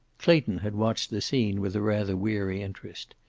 clayton had watched the scene with a rather weary interest.